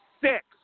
six